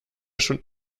schon